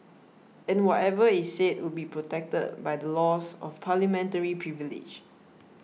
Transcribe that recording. and whatever is said would be protected by the laws of parliamentary privilege